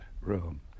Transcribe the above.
room